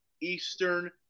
Eastern